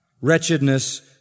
wretchedness